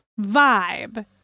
vibe